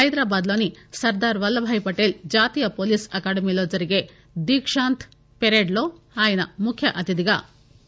హైదరాబాద్ లోని సర్దార్ వల్లభాయ్ పటేల్ జాతీయ పోలీస్ అకాడమీలో జరిగే దీక్షాంత్ పరేడ్ లో ఆయన ముఖ్య అతిధిగా పాల్గొననున్నా రు